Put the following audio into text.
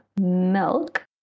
Milk